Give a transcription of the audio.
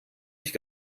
ich